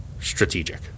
strategic